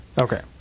Okay